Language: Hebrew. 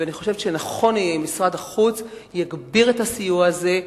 ואני חושבת שנכון יהיה אם משרד החוץ יגביר את הסיוע הזה.